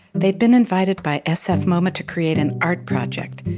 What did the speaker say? they'd been invited by sfmoma to create an art project,